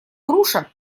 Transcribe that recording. груша